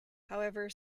however